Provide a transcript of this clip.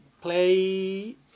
play